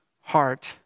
heart